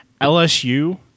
LSU